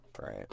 Right